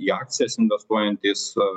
į akcijas investuojantys